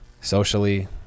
socially